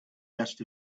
rest